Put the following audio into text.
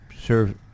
serve